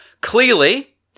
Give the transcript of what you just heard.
Clearly